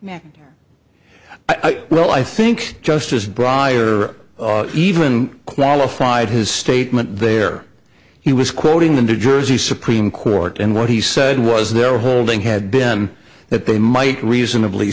thought well i think just as briar even qualified his statement there he was quoting the new jersey supreme court and what he said was there holding had been that they might reasonably